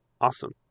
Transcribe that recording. awesome